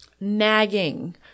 nagging